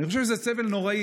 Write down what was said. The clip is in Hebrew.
אני חושב שזה סבל נוראי,